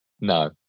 no